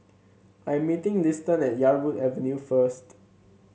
I am meeting Liston at Yarwood Avenue first